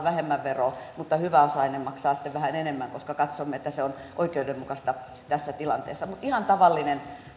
vähemmän veroa mutta hyväosainen maksaa sitten vähän enemmän koska katsomme että se on oikeudenmukaista tässä tilanteessa ihan tavallinen